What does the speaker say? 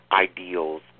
ideals